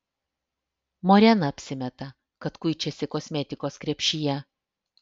morena apsimeta kad kuičiasi kosmetikos krepšyje